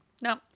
No